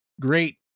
Great